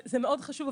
זה מאוד חשוב,